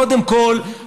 קודם כול,